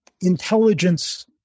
intelligence